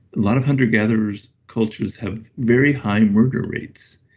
a lot of hunter gatherers cultures have very high murder rates.